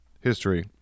history